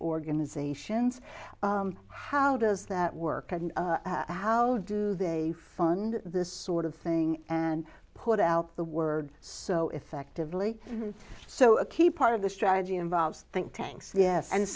organizations how does that work and how do they fund this sort of thing and put out the word so effectively so a key part of the strategy involves think tanks yes and